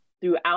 throughout